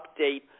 update